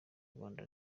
rwanda